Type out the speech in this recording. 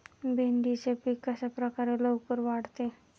भेंडीचे पीक कशाप्रकारे लवकर वाढते?